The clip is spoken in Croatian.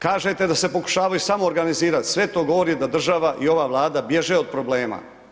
Kažete da se pokušavaju samoogranizirati, sve to govori da država i ova Vlada bježe od problema.